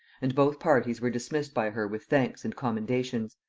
and both parties were dismissed by her with thanks and commendations